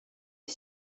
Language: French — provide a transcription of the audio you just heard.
est